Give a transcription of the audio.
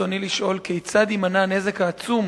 רצוני לשאול: 1. כיצד יימנע הנזק העצום